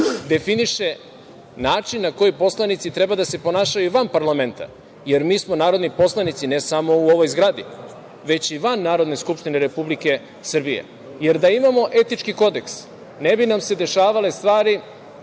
definiše način na koji poslanici treba da se ponašaju van parlamenta. Jer, mi smo narodni poslanici ne samo u ovoj zgradi, već i van Narodne skupštine Republike Srbije. Da imamo etički kodeks, ne bi nam se dešavale stvari,